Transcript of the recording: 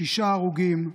שישה הרוגים,